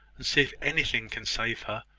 and see if anything can save her.